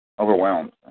overwhelmed